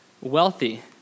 wealthy